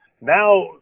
Now